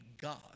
God